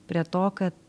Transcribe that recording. prie to kad